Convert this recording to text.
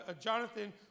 Jonathan